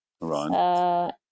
Right